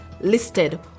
listed